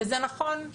וזה נכון,